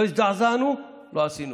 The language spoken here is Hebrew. לא הזדעזענו, לא עשינו